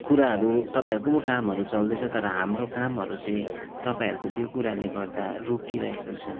कुराहरू तपाईँहरूको पो कामहरू चल्दैछ तर हाम्रो कामहरू चाहिँ तपाईँहरूको त्यो कुराले गर्दा रोकिरहेको छ